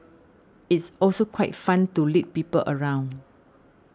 it's also quite fun to lead people around